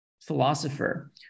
philosopher